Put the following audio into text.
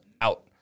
out